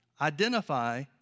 identify